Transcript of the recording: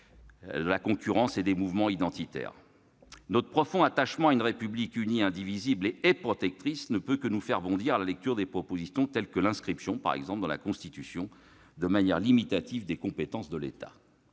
de la concurrence et des mouvements identitaires. Notre profond attachement à une République unie, indivisible et protectrice ne peut que nous faire bondir à la lecture de certaines propositions telles que, par exemple, l'inscription de manière limitative des compétences de l'État